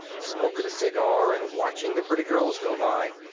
smoking a cigar and watching the pretty girls go by.